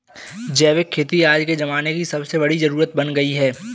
जैविक खेती आज के ज़माने की सबसे बड़ी जरुरत बन गयी है